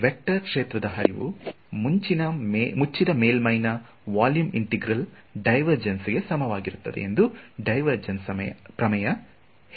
vector ಕ್ಷೇತ್ರದ ಹರಿವು ಮುಚ್ಚಿದ ಮೇಲ್ಮೈಯ ನ ವೊಲ್ಯೂಮ್ ಇಂಟೆಗ್ರಲ್ ಡೈವರ್ಜೆನ್ಸ್ ಗೆ ಸಮನಾಗಿರುತ್ತದೆ ಎಂದು ಡೈವರ್ಜೆನ್ಸ್ ಪ್ರಮೇಯ ಹೇಳಿದೆ